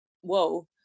whoa